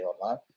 Online